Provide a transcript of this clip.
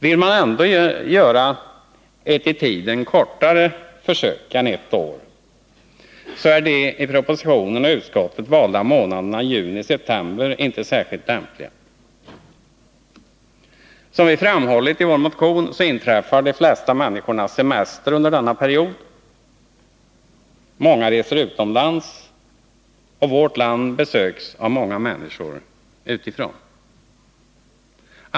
Vill man ändå göra ett i tiden kortare försök än ett år så är de i propositionen och utskottsbetänkandet valda månaderna juni-september inte särskilt lämpliga. Som vi framhållit i vår motion inträffar de flesta människors semestrar under denna period. Många reser utomlands, och vårt land besöks av många människor utifrån.